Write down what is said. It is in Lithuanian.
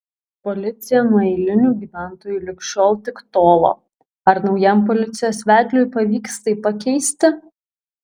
policija nuo eilinių gyventojų lig šiol tik tolo ar naujam policijos vedliui pavyks tai pakeisti